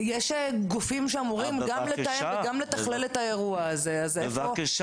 לא מוכרז וחסר סטטוס.